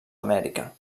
amèrica